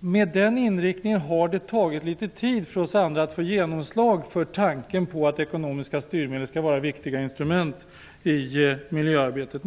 Med den inställningen är det klart att det har tagit litet tid för oss andra att få genomslag för tanken på att ekonomiska styrmedel skall vara viktiga instrument i miljöarbetet.